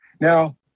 Now